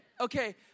okay